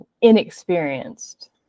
inexperienced